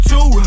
Two